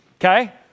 Okay